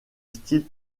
style